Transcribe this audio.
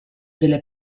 delle